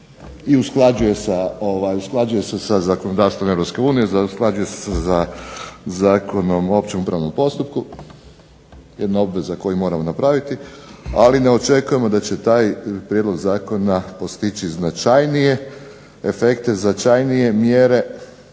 i usklađuje se sa zakonodavstvom Europske unije, usklađuje se sa Zakonom o općem upravnom postupku, jedna obveza koju moramo napraviti, ali ne očekujemo da će taj prijedlog zakona postići značajnije efekte, značajnije mjere